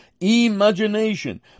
imagination